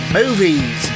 movies